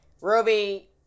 Ruby